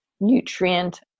nutrient